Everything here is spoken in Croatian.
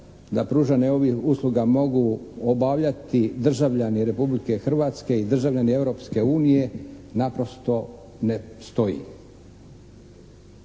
da pružanje ovih usluga mogu obavljati državljani Republike Hrvatske i državljani Europske unije naprosto ne stoji.